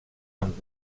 amb